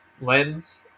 lens